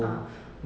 ah